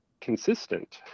consistent